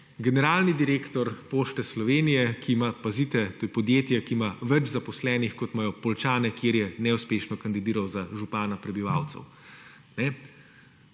generalni direktor Pošte Slovenije, ki ima, pazite, to je podjetje, ki ima več zaposlenih kot imajo Poljčane, kjer je neuspešno kandidiral za župana prebivalcev.